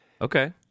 Okay